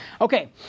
Okay